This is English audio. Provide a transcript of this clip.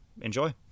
enjoy